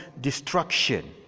destruction